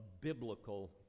biblical